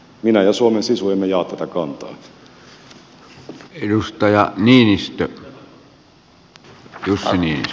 minä ja suomen sisu emme jaa tätä kantaa